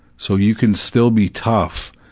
so you can still be tough